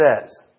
says